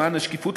למען השקיפות,